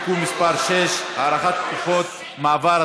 (תיקון מס' 6) (הארכת תקופות מעבר),